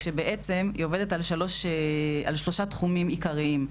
כשבעצם היא עובדת על שלושה תחומים עיקריים,